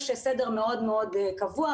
יש סדר מאוד-מאוד קבוע,